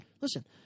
listen